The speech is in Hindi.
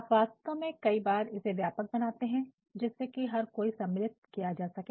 आप वास्तव में कई बार इसे व्यापक बनाते हैं जिससे कि हर कोई सम्मिलित किया जासके